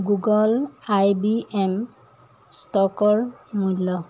Google I B M ষ্টকৰ মূল্য